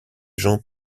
gens